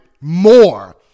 more